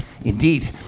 Indeed